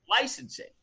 licensing